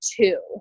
two